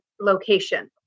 location